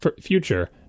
future